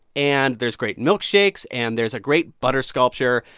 and there's great and milkshakes, and there's a great butter sculpture.